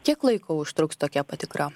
kiek laiko užtruks tokia patikra